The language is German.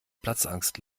platzangst